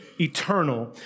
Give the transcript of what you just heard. eternal